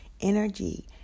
Energy